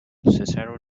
cicero